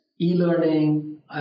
e-learning